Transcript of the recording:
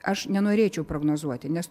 aš nenorėčiau prognozuoti nes